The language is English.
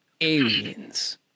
Aliens